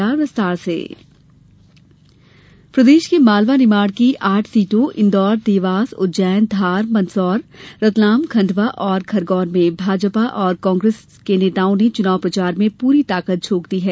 चुनाव प्रचार प्रदेश प्रदेश के मालवा निमाड़ की आठ सीटों इंदौर देवास उज्जैन धार मंदसौर रतलाम खंडवा और खरगौन में भाजपा और कांग्रेस नेताओं ने चुनाव प्रचार में पूरी ताकत झोंक दी है